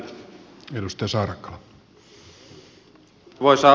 arvoisa herra puhemies